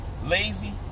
Lazy